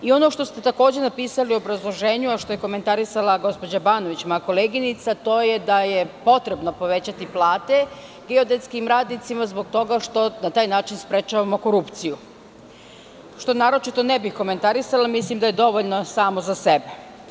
I ono što ste takođe napisali u obrazloženju, a što je komentarisala gospođa Banović, moja koleginica, to je da je potrebno povećati plate geodetskim radnicima zbog toga što na taj način sprečavamo korupciju, što naročito ne bih komentarisala, mislim da je dovoljno samo za sebe.